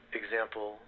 example